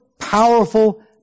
powerful